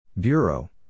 Bureau